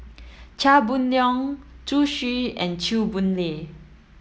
Chia Boon Leong Zhu Xu and Chew Boon Lay